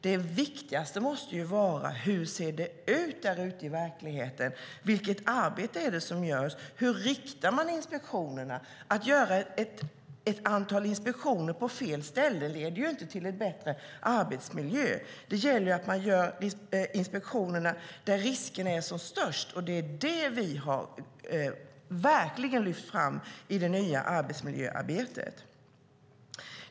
Det viktigaste måste vara hur det ser ut där ute i verkligheten. Vilket arbete är det som görs? Hur riktar man inspektionerna? Att göra ett antal inspektioner på fel ställe leder inte till en bättre arbetsmiljö. Det gäller att man gör inspektionerna där riskerna är som störst, och det är detta som vi verkligen har lyft fram i det nya arbetsmiljöarbetet.